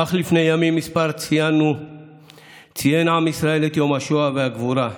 אך לפני ימים מספר ציין עם ישראל את יום השואה והגבורה,